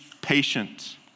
patient